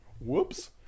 Whoops